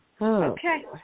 Okay